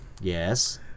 Yes